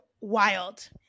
Wild